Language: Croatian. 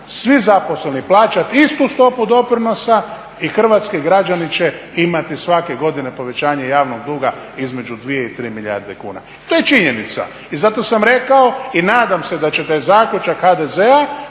svi zaposleni plaćat istu stopu doprinosa i hrvatski građani će imati svake godine povećanje javnog duga između 2 i 3 milijarde kuna. To je činjenica. I zato sam rekao i nadam se da će taj zaključak HDZ-a